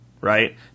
right